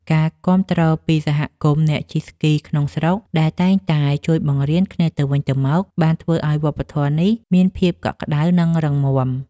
ការគាំទ្រពីសហគមន៍អ្នកជិះស្គីក្នុងស្រុកដែលតែងតែជួយបង្រៀនគ្នាទៅវិញទៅមក បានធ្វើឱ្យវប្បធម៌នេះមានភាពកក់ក្ដៅ និងរឹងមាំ។